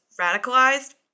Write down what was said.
radicalized